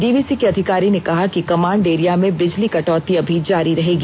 DVC के अधिकारी ने कहा कि कमांड एरिया में बिजली कटौती अभी जारी रहेगी